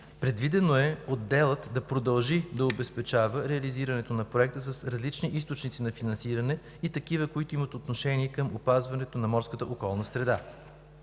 Предвидено е отделът да продължи да обезпечава реализирането на Проекта с различни източници на финансиране и такива, които имат отношение към опазването на морската околна среда.